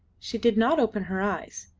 she did not open her eyes,